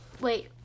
wait